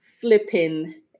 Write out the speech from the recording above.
flipping